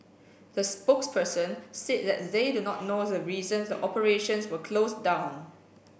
the spokesperson said that they do not know the reason the operations were closed down